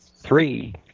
Three